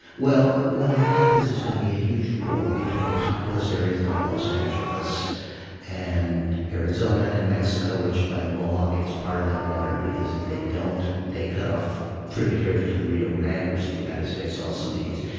well, when that happens there's going to be a huge war between populous areas like los angeles and arizona and mexico which by law gets part of that water because if they don't they cut off tributaries to the rio grande, which the united states also needs.